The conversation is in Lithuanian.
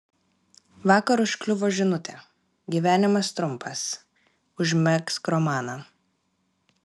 vakar užkliuvo žinutė gyvenimas trumpas užmegzk romaną